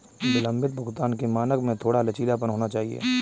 विलंबित भुगतान के मानक में थोड़ा लचीलापन होना चाहिए